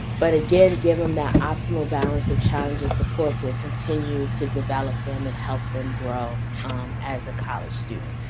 but again give them that optimal balance of challenge and support to continue to develop them and help them grow as a college student.